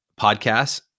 podcasts